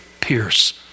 pierce